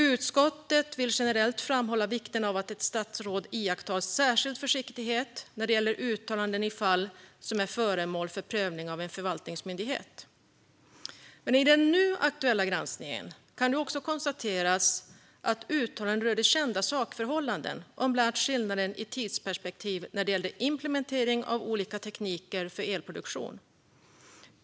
Utskottet vill generellt framhålla vikten av att ett statsråd iakttar särskild försiktighet när det gäller uttalanden i fall som är föremål för prövning av en förvaltningsmyndighet. I den nu aktuella granskningen kan också konstateras att uttalandet rörde kända sakförhållanden om bland annat skillnaden i tidsperspektiv när det gäller implementering av olika tekniker för elproduktion.